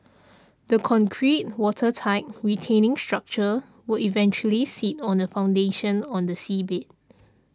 the concrete watertight retaining structure will eventually sit on a foundation on the seabed